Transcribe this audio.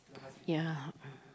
ya